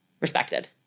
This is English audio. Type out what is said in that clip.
respected